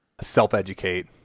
Self-educate